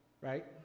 right